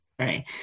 Right